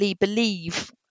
believe